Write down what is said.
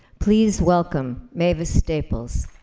please welcome, mavis staples.